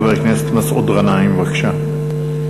חבר הכנסת מסעוד גנאים, בבקשה.